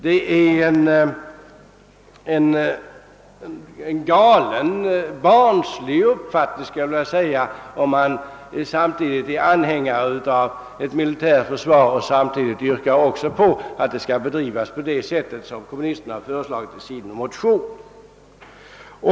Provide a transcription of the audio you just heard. Det är en barnslig uppfattning att samtidigt som man är anhängare av ett militärt försvar yrka på att det skall bedrivas på det sätt som kommunisterna föreslagit i sin motion.